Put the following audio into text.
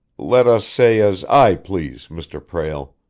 let us say as i please, mr. prale.